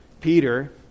Peter